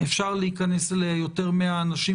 אפשר להיכנס אליה יותר מ-100 אנשים,